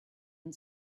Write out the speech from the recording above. and